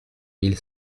mille